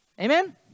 Amen